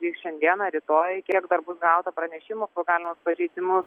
vyks šiandieną rytoj kiek dar bus gauta pranešimą apie galimus pažeidimus